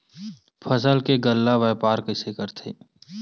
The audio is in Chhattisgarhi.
फसल के गल्ला व्यापार कइसे करथे?